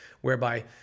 whereby